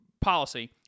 policy